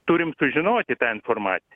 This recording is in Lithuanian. turim sužinoti tą informaciją